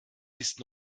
ist